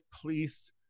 police